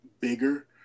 bigger